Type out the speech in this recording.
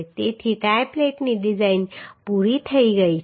તેથી ટાઈ પ્લેટની ડિઝાઇન પૂરી થઈ ગઈ છે